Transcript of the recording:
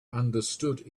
understood